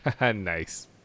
Nice